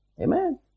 Amen